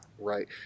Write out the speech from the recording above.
Right